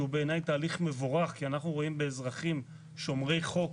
שהוא בעיני תהליך מבורך כי אנחנו רואים באזרחים שומרי חוק